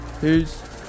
Peace